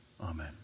Amen